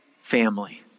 family